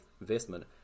investment